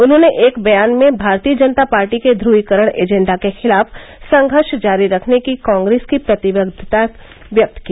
उन्होंने एक बयान में भारतीय जनता पार्टी के ध्रवीकरण एजेंडा के खिलाफ संघर्ष जारी रखने की कांग्रेस की प्रतिबद्वता व्यक्त की